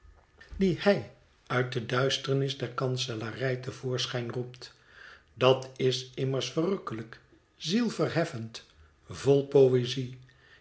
die hij uit de duisternis der kanselarij te voorschijn roept dat is immers verrukkelijk zielverheffend vol poëzie